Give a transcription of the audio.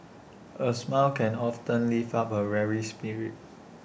A smile can often lift up A weary spirit